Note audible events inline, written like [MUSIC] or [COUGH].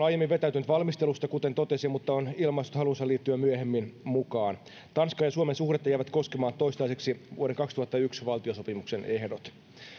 [UNINTELLIGIBLE] aiemmin vetäytynyt valmistelusta kuten totesin mutta on ilmaissut halunsa liittyä myöhemmin mukaan tanskan ja suomen suhdetta jäävät koskemaan toistaiseksi vuoden kaksituhattayksi valtiosopimuksen ehdot